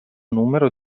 numero